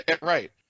Right